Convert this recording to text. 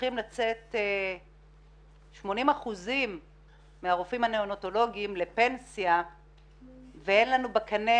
הולכים לצאת 80 אחוזים מהרופאים הניאונטולוגים לפנסיה ואין להם בקנה,